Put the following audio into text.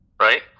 right